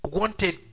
wanted